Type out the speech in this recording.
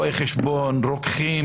מתוכם 90 עורכי דין ערבים.